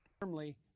firmly